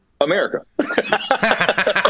America